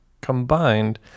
combined